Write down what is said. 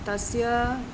तस्य